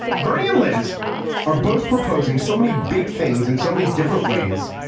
bernie and liz are both proposing so many big things and so many different ways.